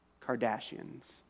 Kardashians